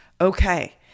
Okay